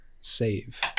save